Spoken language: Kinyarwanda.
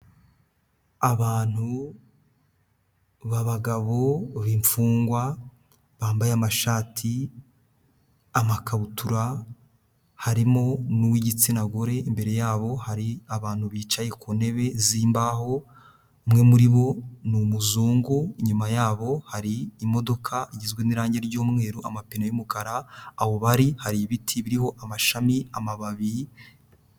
Abantu b'abagabo b'imfungwa bambaye amashati, amakabutura, harimo n'uw'igitsina gore. Imbere yabo hari abantu bicaye ku ntebe z'imbaho, umwe muri bo ni umuzungu, inyuma yabo hari imodoka igizwe n'irange ry'umweru, amape y'umukara, aho bari hari ibiti biriho amashami, amababi...